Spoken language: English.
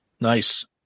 Nice